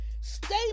stay